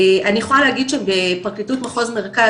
אני יכולה להגיד שבפרקליטות מחוז מרכז,